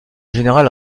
général